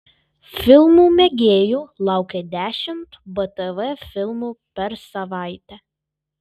filmų mėgėjų laukia dešimt btv filmų per savaitę